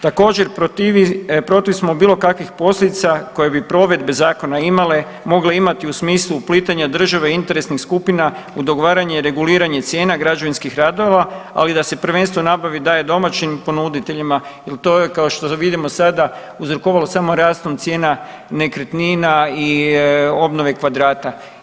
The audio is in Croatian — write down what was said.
Također protiv smo bilo kakvih posljedica koje bi provedbe zakona imale, mogle imati u smislu uplitanja države i interesnih skupina u dogovaranje i reguliranje cijene građevinskih radova, ali da se prvenstveno nabavi i dalje domaćim ponuditeljima jer to je kao što vidimo sada uzrokovalo samo rastom cijena nekretnina i obnove kvadrata.